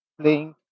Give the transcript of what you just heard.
playing